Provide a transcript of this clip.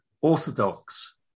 orthodox